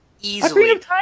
Easily